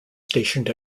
stationed